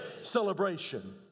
celebration